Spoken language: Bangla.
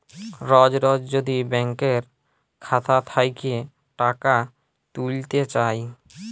রজ রজ যদি ব্যাংকের খাতা থ্যাইকে টাকা ত্যুইলতে চায়